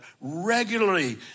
regularly